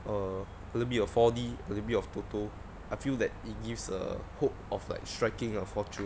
err a little bit of four D a little bit of toto I feel that it gives a hope of like striking a fortune